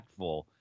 impactful